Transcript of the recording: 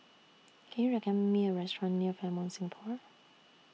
Can YOU recommend Me A Restaurant near Fairmont Singapore